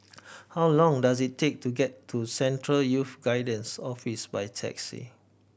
how long does it take to get to Central Youth Guidance Office by taxi